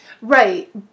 right